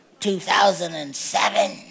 2007